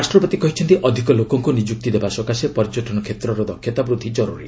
ରାଷ୍ଟ୍ରପତି କହିଛନ୍ତି ଅଧିକ ଲୋକଙ୍କୁ ନିଯୁକ୍ତି ଦେବା ସକାଶେ ପର୍ଯ୍ୟଟନ କ୍ଷେତ୍ରର ଦକ୍ଷତା ବୃଦ୍ଧି କର୍ତ୍ରୀ